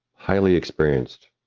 highly experienced,